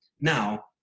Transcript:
now